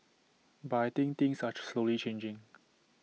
but I think things are slowly changing